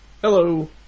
Hello